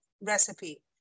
recipe